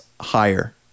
higher